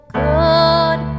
good